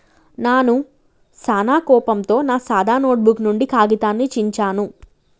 నాను సానా కోపంతో నా సాదా నోటుబుక్ నుండి కాగితాన్ని చించాను